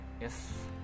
Yes